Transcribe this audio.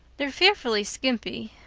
they're fearfully skimpy.